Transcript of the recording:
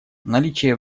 наличие